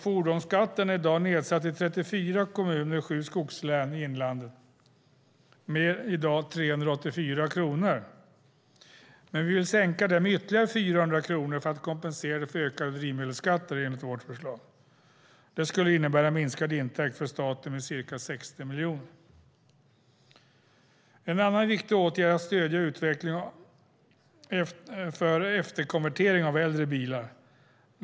Fordonsskatten är i dag nedsatt i 34 kommuner i sju skogslän i inlandet med 384 kronor, men vi vill i vårt förslag sänka den med ytterligare 400 kronor för att kompensera för ökade drivmedelsskatter. Det skulle innebära en minskad intäkt för staten med ca 60 miljoner kronor. En annan viktig åtgärd är att stödja utvecklingen av efterkonvertering av äldre bilar.